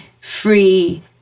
free